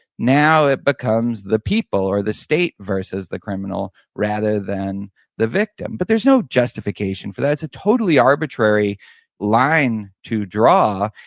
now it becomes the people or the state versus the criminal, rather than the victim but there's no justification for that it's a totally arbitrary line to draw,